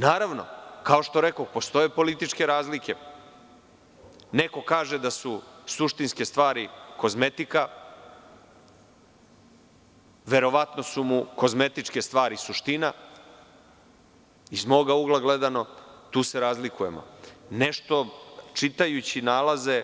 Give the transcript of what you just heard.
Naravno, kao što rekoh, postoje političke razlike, neko kaže da su suštinske stvari kozmetika, verovatno su kozmetičke stvari suština, iz mog ugla gledano, tu se razlikujemo, a nešto čitajući nalaze,